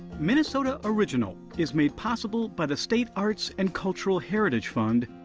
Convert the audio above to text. minnesota original is made possible by the state arts and cultural heritage fund,